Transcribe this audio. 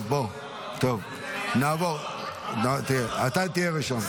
אתה תהיה ראשון.